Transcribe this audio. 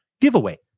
Giveaway